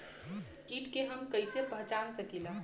कीट के हम कईसे पहचान सकीला